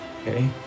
Okay